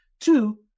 Two